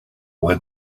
went